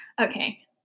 okay